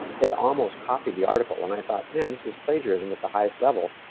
they almost copied the article, and i thought, man, this is plagiarism at the highest level.